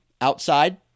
outside